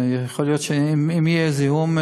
שיכול להיות שאם יהיה זיהום,